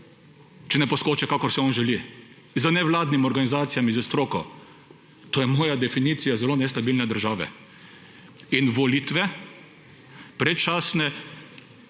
če ne poskoči, kakor si on želi, z nevladnimi organizacijami, s stroko. To je moja definicija zelo nestabilne države. In predčasne